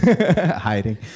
hiding